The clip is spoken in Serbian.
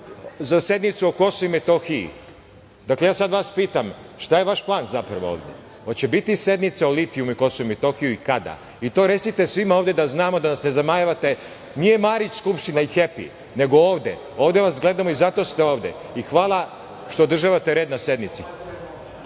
za sednicu o Kosovu i Metohiji. Dakle, ja sada vas pitam - šta je vaš plan zapravo ovde? Da li će biti sednica o litijumu i Kosovo i Metohiji? Kada? I to recite svima ovde da znamo da se zamajavate. Nije Marić Skupština i „Happy“, nego ovde, ovde vas gledamo i zato ste ovde i hvala što održavate red na sednici.